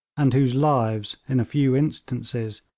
and whose lives, in a few instances,